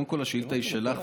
קודם כול השאילתה היא שלך,